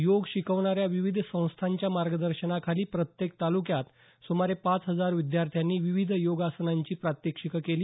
योग शिकवणाऱ्या विविध संस्थांच्या मार्गदर्शनाखाली प्रत्येक तालुक्यात सुमारे पाच हजार विद्यार्थ्यांनी विविध योगासनांची प्रात्यक्षिकं केली